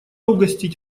угостить